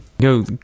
Go